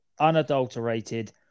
Unadulterated